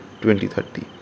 2030